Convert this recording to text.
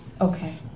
Okay